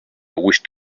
wished